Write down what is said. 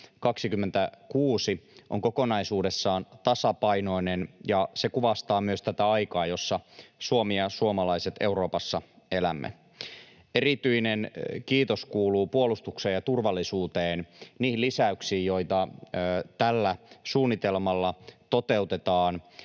on kokonaisuudessaan tasapainoinen, ja se kuvastaa myös tätä aikaa, jossa Suomi ja me suomalaiset Euroopassa elämme. Erityinen kiitos kuuluu puolustuksen ja turvallisuuden lisäyksille, joita tällä suunnitelmalla toteutetaan,